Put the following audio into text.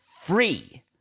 free